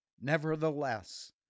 Nevertheless